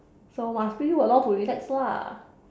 so must bring you along to relax lah